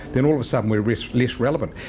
then all of a sudden, we're we're less relevant.